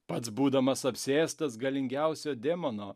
pats būdamas apsėstas galingiausio demono